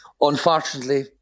Unfortunately